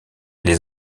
les